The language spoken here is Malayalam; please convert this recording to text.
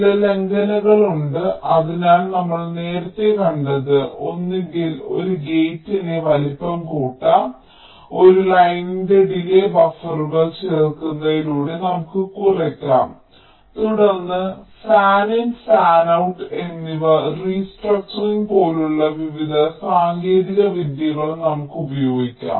ചില ലംഘനങ്ങൾ ഉണ്ട് അതിനാൽ നമ്മൾ നേരത്തെ കണ്ടത് ഒന്നുകിൽ ഒരു ഗേറ്റിന്റെ വലുപ്പം കൂട്ടാം ഒരു ലൈനിന്റെ ഡിലേയ് ബഫറുകൾ ചേർക്കുന്നതിലൂടെ നമുക്ക് കുറയ്ക്കാം തുടർന്ന് ഫാനിൻ ഫാനൌട്ട് എന്നിവ റീസ്ട്രക്ച്ചറിങ് പോലുള്ള വിവിധ സാങ്കേതിക വിദ്യകളും നമുക്ക് ഉപയോഗിക്കാം